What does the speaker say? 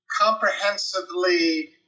comprehensively